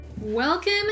Welcome